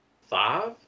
Five